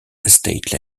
estate